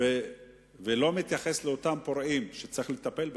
ולא מתייחס לאותם פורעים שצריך לטפל בהם,